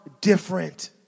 different